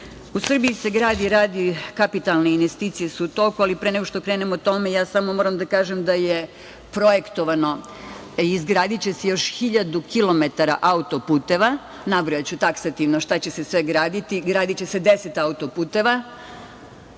Srbiji se gradi, radi, kapitalne investicije su u toku, ali pre nego što krenem o tome, samo moram da kažem da je projektovano i izgradiće se još hiljadu kilometara autoputeva. Nabrojaću taksativno šta će se sve graditi. Gradiće se deset autoputeva.